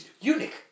Eunuch